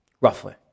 roughly